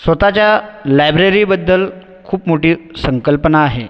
स्वतःच्या लायब्ररीबद्दल खूप मोठी संकल्पना आहे